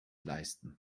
leisten